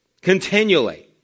continually